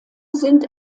sind